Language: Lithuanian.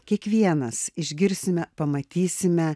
kiekvienas išgirsime pamatysime